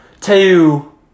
two